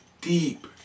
deep